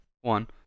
one